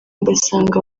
ugasanga